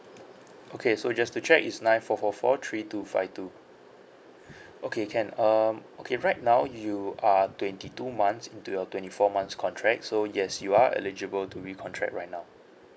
okay so just to check is nine four four four three two five two okay can um okay right now you are twenty two months into your twenty four months contract so yes you are eligible to recontract right now